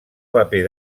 paper